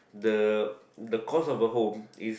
the the cost of a home is